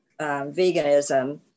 veganism